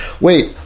wait